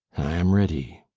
am ready.